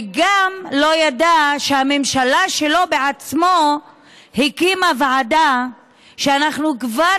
וגם לא ידע שהממשלה שלו עצמו הקימה ועדה שאנחנו כבר